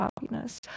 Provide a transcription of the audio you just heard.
happiness